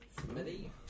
Smithy